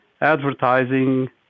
advertising